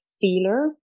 feeler